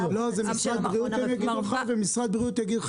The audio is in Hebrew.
לא, זה משרד הבריאות, והוא יגיד לך